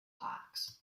parks